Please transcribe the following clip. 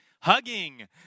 hugging